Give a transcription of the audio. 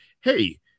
hey